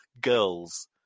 girls